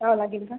यावं लागेल का